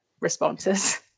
responses